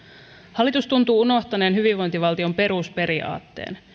hallitus tuntuu unohtaneen hyvinvointivaltion perusperiaatteen